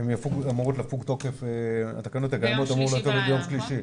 אמורות לפוג ביום שלישי.